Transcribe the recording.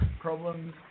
problems